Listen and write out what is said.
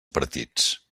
partits